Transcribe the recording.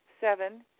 Seven